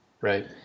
Right